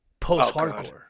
post-hardcore